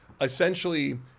essentially